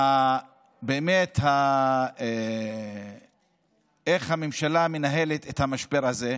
באמת איך הממשלה מנהלת את המשבר הזה.